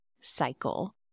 cycle